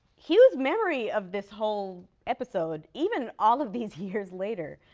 hughes's memory of this whole episode, even all of these years later,